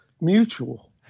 mutual